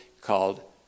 called